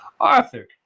Arthur